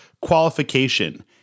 qualification